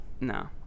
no